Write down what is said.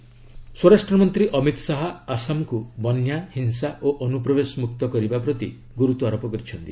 ଅମିତ ଶାହା ଆସାମ ସ୍ୱରାଷ୍ଟ୍ରମନ୍ତ୍ରୀ ଅମିତ ଶାହା ଆସାମକୁ ବନ୍ୟା ହିଂସା ଓ ଅନୁପ୍ରବେଶମୁକ୍ତ କରିବା ପ୍ରତି ଗୁରୁତ୍ୱାରୋପ କରିଛନ୍ତି